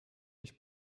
mich